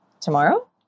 tomorrow